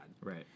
Right